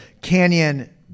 Canyon